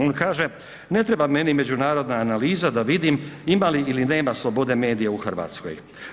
On kaže: „Ne treba meni međunarodna analiza da vidim ima li ili nema slobode medija u Hrvatskoj.